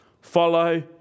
follow